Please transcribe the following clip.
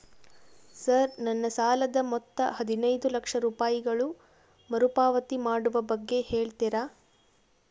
Sir ನನ್ನ ಸಾಲದ ಮೊತ್ತ ಹದಿನೈದು ಲಕ್ಷ ರೂಪಾಯಿಗಳು ಮರುಪಾವತಿ ಮಾಡುವ ಬಗ್ಗೆ ಹೇಳ್ತೇರಾ?